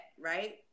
right